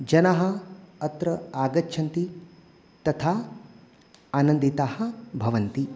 जनाः अत्र आगच्छन्ति तथा आनन्दिताः भवन्ति